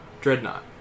Dreadnought